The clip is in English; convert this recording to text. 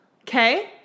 okay